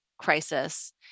crisis